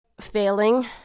failing